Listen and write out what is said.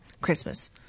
Christmas